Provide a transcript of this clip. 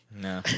no